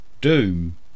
Doom